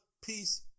peace